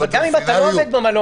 אבל גם אם אתה לא עובד במלון,